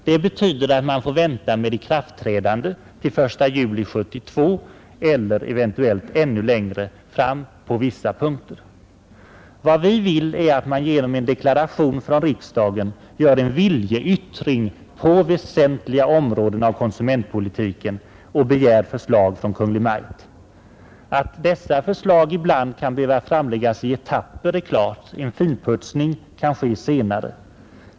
Det betyder att man får vänta med ikraftträdande till 1 juli 1972 eller eventuellt ännu längre på vissa punkter. Vad vi vill är att man genom en deklaration från riksdagen gör en viljeyttring på väsentliga områden av konsumentpolitiken och begär förslag från Kungl. Maj:t. Att dessa förslag ibland kan behöva framläggas i etapper är klart; en finputsning kan ske senare.